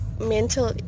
mental